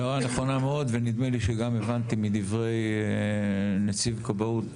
הערה נכונה מאוד ונדמה לי שגם הבנתי מדברי נציב כבאות